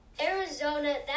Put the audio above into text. Arizona